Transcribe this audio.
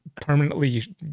permanently